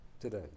today